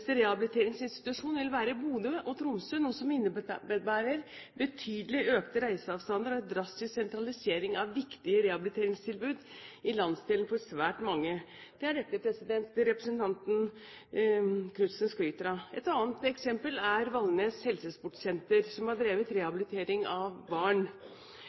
rehabiliteringsinstitusjon vil være i Bodø og Tromsø, noe som innebærer betydelig økte reiseavstander og en drastisk sentralisering av viktige rehabiliteringstilbud i landsdelen for svært mange. Det er dette representanten Knutsen skryter av. Et annet eksempel er Valnesfjord Helsesportssenter, som har drevet rehabilitering av barn.